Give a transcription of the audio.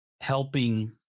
helping